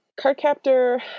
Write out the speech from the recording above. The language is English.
Cardcaptor